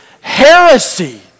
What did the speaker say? heresy